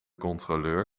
controleur